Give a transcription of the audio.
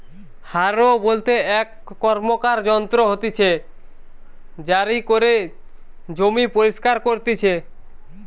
হারও বলতে এক র্কমকার যন্ত্র হতিছে জারি করে জমি পরিস্কার করতিছে